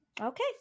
Okay